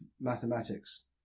mathematics